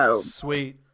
Sweet